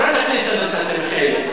חברת הכנסת אנסטסיה מיכאלי,